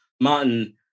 Martin